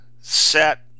set